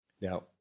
Now